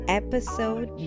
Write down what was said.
episode